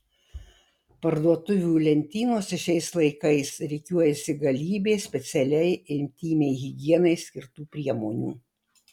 parduotuvių lentynose šiais laikais rikiuojasi galybė specialiai intymiai higienai skirtų priemonių